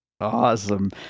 Awesome